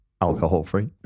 alcohol-free